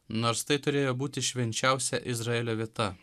nors tai turėjo būti švenčiausia izraelio vieta